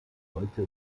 heute